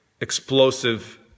explosive